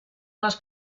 les